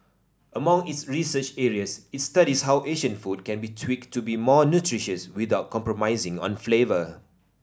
among its research areas it studies how Asian food can be tweaked to be more nutritious without compromising on flavour